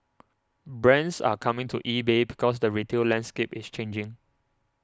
brands are coming to EBay because the retail landscape is changing